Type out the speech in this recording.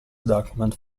document